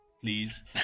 Please